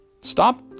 Stop